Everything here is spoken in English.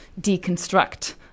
deconstruct